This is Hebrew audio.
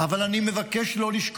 אבל אני מבקש לא לשכוח,